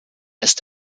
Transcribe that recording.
ist